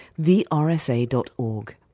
thersa.org